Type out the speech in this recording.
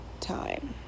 time